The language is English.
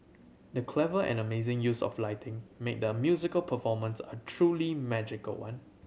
the clever and amazing use of lighting made the musical performance a truly magical one